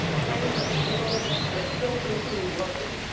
sprained her ankle, but still continued working.